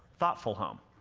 thoughtful home.